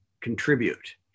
contribute